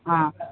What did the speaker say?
ஆ